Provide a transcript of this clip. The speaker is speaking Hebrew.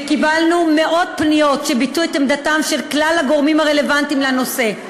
וקיבלנו מאות פניות שביטאו את עמדתם של כלל הגורמים הרלוונטיים לנושא,